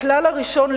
הכלל הראשון,